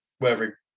whoever